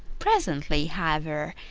presently, however,